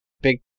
Big